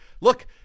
look